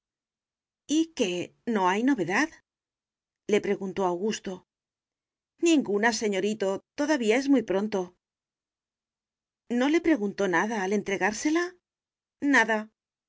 y qué no hay novedad le preguntó augusto ninguna señorito todavía es muy pronto no le preguntó nada al entregársela nada